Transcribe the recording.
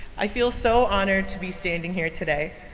i feel so honored to be standing here today.